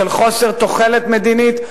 של חוסר תוחלת מדינית,